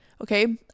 okay